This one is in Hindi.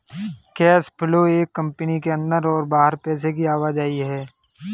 कैश फ्लो एक कंपनी के अंदर और बाहर पैसे की आवाजाही है